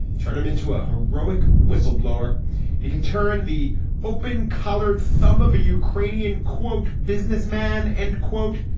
turn him into a heroic whistleblower he could turn the open collared some of a ukrainian quote, business man and quote,